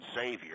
savior